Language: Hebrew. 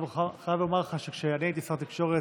אני חייב לומר לך שכשאני הייתי שר תקשורת,